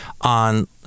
on